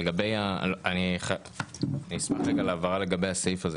אני אשמח להבהרה לגבי הסעיף הזה.